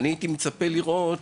אני הייתי מצפה לראות,